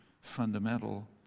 fundamental